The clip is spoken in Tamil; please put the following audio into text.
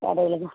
கடையில் தான்